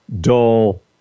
dull